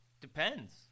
Depends